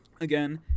again